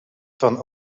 van